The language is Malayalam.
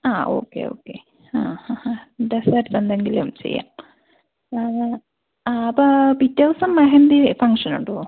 ആ ഓക്കെ ഓക്കെ ആ ആ ആ ഡെസേർട്ട്സ് എന്തെങ്കിലും ചെയ്യാം ഞാൻ അപ്പോൾ പിറ്റേ ദിവസം മെഹന്തി ഫംഗ്ഷൻ ഉണ്ട്